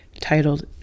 titled